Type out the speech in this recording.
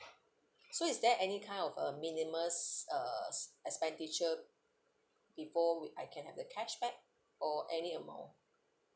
so is there any kind of uh minimum s~ uh s~ expenditure before we I can have the cashback or any amount